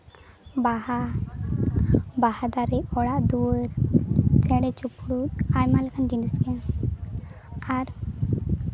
ᱵᱟᱦᱟ ᱵᱟᱦᱟ ᱫᱟᱨᱮ ᱚᱲᱟᱜ ᱫᱩᱣᱟᱹᱨ ᱪᱮᱬᱮ ᱪᱤᱯᱨᱩᱫ ᱟᱭᱢᱟ ᱞᱮᱠᱟᱱ ᱡᱤᱱᱤᱥ ᱜᱮ ᱟᱨ